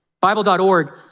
Bible.org